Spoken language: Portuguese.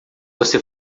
você